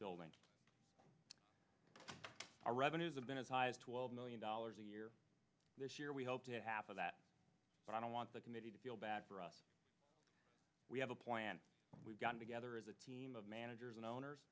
building our revenues have been as high as twelve million dollars a year this year we hope to half of that but i don't want the committee to feel bad for us we have a plan we've got together as a team of managers and owners